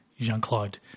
Jean-Claude